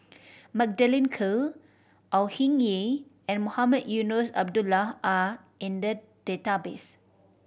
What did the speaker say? Magdalene Khoo Au Hing Yee and Mohamed Eunos Abdullah are in the database